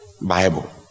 Bible